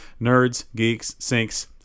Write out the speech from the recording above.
nerdsgeekssinks